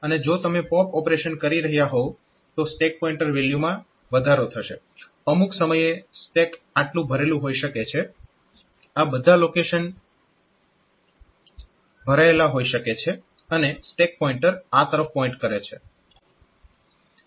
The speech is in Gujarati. અને જો તમે પોપ ઓપરેશન કરી રહ્યાં હોવ તો સ્ટેક પોઇન્ટર વેલ્યુમાં વધારો થશે અમુક સમયે સ્ટેક આટલું ભરેલું હોઈ શકે છે આ બધા લોકેશન ભરાયેલ હોઈ શકે છે અને સ્ટેક પોઇન્ટર આ તરફ પોઇન્ટ કરે છે